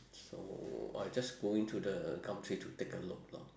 so I just go in to the gumtree to take a look lor